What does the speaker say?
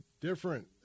different